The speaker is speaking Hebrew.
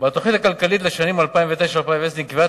בתוכנית הכלכלית לשנים 2009 2010 נקבעה